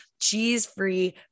cheese-free